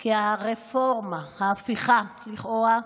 כי הרפורמה, ההפיכה, לכאורה,